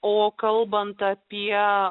o kalbant apie